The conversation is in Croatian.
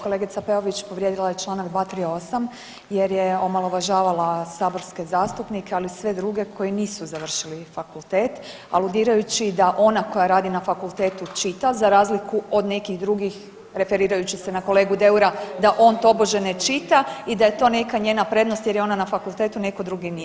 Kolegica Peović povrijedila je Članak 238., jer je omalovažavala saborske zastupnike ali i sve druge koji nisu završili fakultet aludirajući da ona koja radi na fakultetu čita za razliku od nekih drugih referirajući se na kolegu Deura da on tobože ne čita i da je to neka njena prednost jer je ona na fakultetu netko drugi nije.